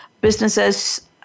businesses